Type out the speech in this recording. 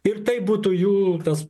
ir tai būtų jų tas